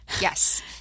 Yes